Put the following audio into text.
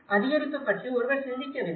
அதிகரிப்பு பற்றி ஒருவர் சிந்திக்கவில்லை